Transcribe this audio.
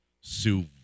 Sue